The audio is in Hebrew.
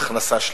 הכנסה שלילי".